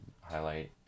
highlight